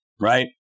right